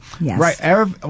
right